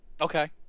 Okay